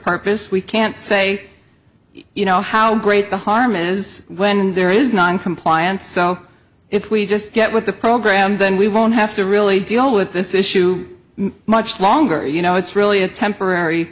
purpose we can't say you know how great the harm is when there is noncompliance so if we just get with the program then we won't have to really deal with this issue much longer you know it's really a temporary